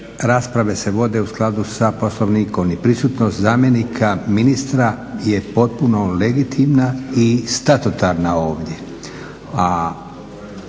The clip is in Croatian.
rasprave se vode u skladu sa Poslovnikom i prisutnost zamjenika ministra je potpuno legitimna i statutarna ovdje.